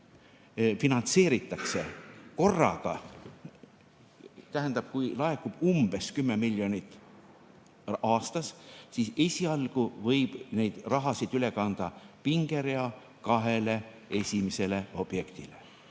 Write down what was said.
finantseeritakse korraga, tähendab, kui laekub umbes 10 miljonit aastas, siis esialgu võib neid rahasid üle kanda pingerea kahele esimesele objektile.